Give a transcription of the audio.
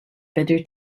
bitter